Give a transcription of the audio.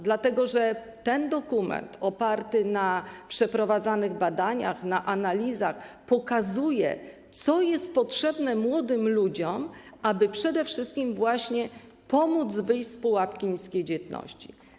Dlatego, że ten dokument - oparty na przeprowadzanych badaniach, na analizach - pokazuje, co jest potrzebne młodym ludziom, aby przede wszystkim pomóc wyjść z pułapki niskiej dzietności.